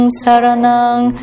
saranang